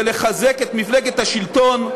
זה לחזק את מפלגת השלטון,